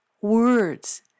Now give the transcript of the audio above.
words